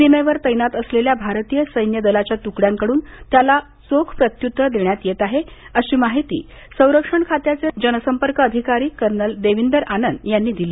सीमेवर तैनात असलेल्या भारतीय सैन्य दलाच्या तुकड्यांकडून त्याला चोख प्रत्यत्तर देण्यात येत आहे अशी माहिती संरक्षण खात्याचे जनसंपर्क अधिकारी कर्नल देविंदर आनंद यांनी दिली